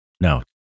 now